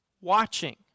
watching